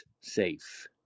safe